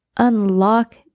Unlock